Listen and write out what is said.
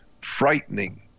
frightening